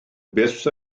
byth